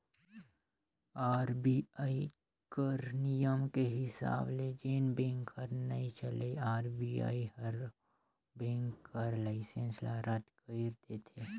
RBI कर नियम के हिसाब ले जेन बेंक हर नइ चलय आर.बी.आई हर ओ बेंक कर लाइसेंस ल रद कइर देथे